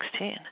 2016